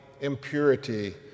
impurity